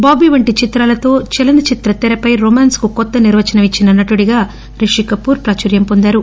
బాబీ వంటి చిత్రాలతో చలనచిత్ర తెరపై రొమాస్స్ కు కొత్త నిర్వచనం ఇచ్సిన నటుడిగా రిషికపూర్ ప్రాచుర్యం వొందారు